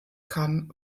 kann